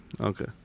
Okay